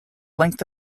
length